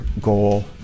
goal